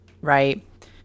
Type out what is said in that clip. right